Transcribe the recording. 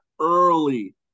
early